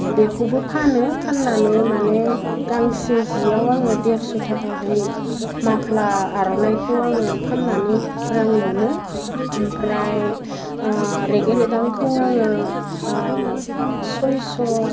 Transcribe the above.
बेखौबो फानो फान्नानै माने गांसे जियाव आङो देरस' थाखाहै माफ्ला आर'नाइखौ आङो फान्नानै रां मोनो ओमफ्राय रेगे रेगांखौ आङो सइच'